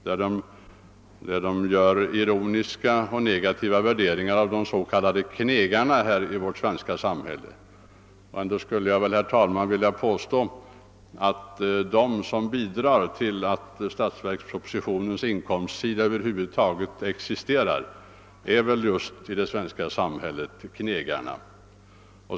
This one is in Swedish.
Den gör ironiska och negativa värderingar av de s.k. knegarna i vårt samhälle. Ändå skulle jag vilja påstå att de som gör att statsverkspropositionens inkomstsida över huvud taget existerar just är »knegarna».